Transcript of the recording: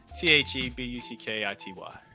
T-H-E-B-U-C-K-I-T-Y